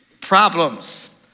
problems